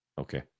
Okay